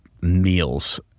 meals